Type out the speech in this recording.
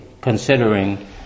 considering